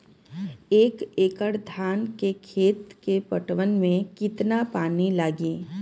एक एकड़ धान के खेत के पटवन मे कितना पानी लागि?